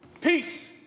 Peace